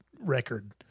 record